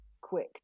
quick